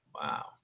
Wow